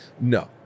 No